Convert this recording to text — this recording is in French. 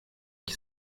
qui